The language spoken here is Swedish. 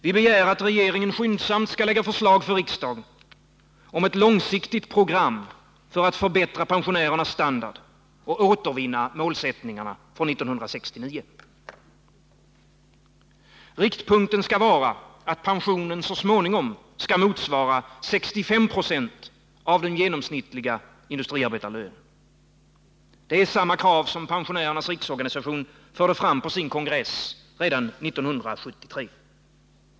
Vi begär att regeringen skyndsamt lägger fram förslag för riksdagen om ett långsiktigt program för att förbättra pensionärernas standard och återvinna målsättningarna från 1969. Riktpunkten skall vara att pensionen så småningom motsvarar 65 96 av den genomsnittliga industriarbetarlönen. Det är samma krav som Pensionärernas riksorganisation förde fram på sin kongress redan 1973.